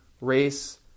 race